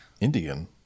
Indian